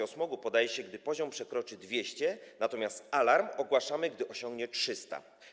o smogu podaje się, gdy poziom przekroczy 200, natomiast alarm ogłaszamy, gdy osiągnie 300.